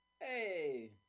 Hey